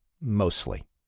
mostly